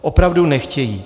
Opravdu nechtějí.